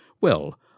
Well